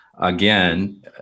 again